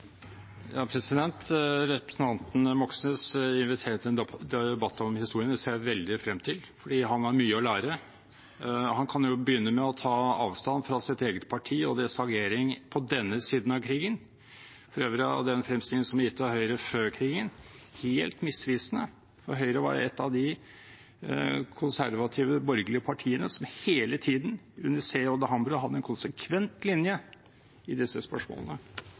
Representanten Moxnes inviterer til en debatt om historien. Det ser jeg veldig frem til, for han har mye å lære. Han kan jo begynne med å ta avstand fra sitt eget parti og deres agering på denne siden av krigen. For øvrig er den fremstilling som er gitt av Høyre før krigen, helt misvisende. Høyre var et av de konservative, borgerlige partiene som hele tiden under C.J. Hambro hadde en konsekvent linje i disse spørsmålene.